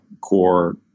core